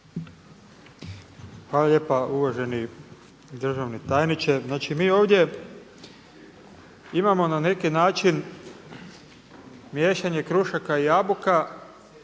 Hvala lijepa uvaženi državni tajniče. Znači mi ovdje imamo na neki način miješanje krušaka i jabuka.